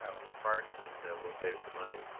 ah depart and will save some money.